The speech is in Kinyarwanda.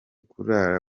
kurara